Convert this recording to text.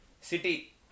City